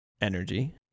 energy